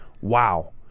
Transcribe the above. wow